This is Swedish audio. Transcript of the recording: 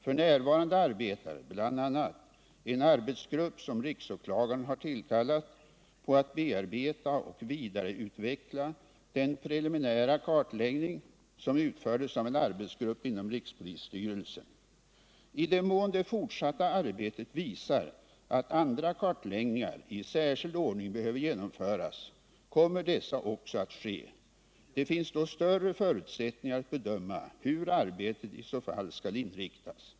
F. n. arbetar bl.a. en arbetsgrupp, som riksåklagaren har tillkallat, på att bearbeta och vidareutveckla den preliminära kartläggning som utfördes av en arbetsgrupp inom rikspolisstyrelsen. I den mån det fortsatta arbetet visar att andra kartläggningar i särskild ordning behöver genomföras, kommer dessa också att ske. Det finns då större förutsättningar att bedöma hur arbetet i så fall skall inriktas.